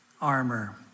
armor